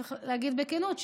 צריך להגיד בכנות,